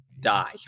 die